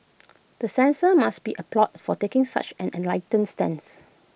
the censors must be applauded for taking such an enlightened stance